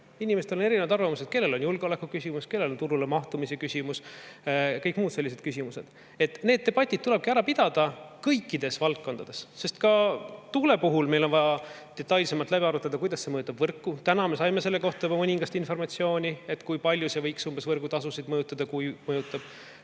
Inimestel on erinevad arvamused – kellel on julgeoleku küsimus, kellel on turule mahtumise küsimus, ja on kõik muud sellised küsimused. Need debatid tulebki ära pidada kõikides valdkondades, sest ka tuule puhul meil on vaja detailsemalt läbi arutada, kuidas see mõjutab võrku. Täna me saime selle kohta juba mõningast informatsiooni, kui palju see umbes võiks mõjutada võrgutasusid, kui palju see mõjutab